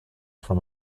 from